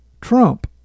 Trump